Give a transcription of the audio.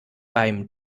beim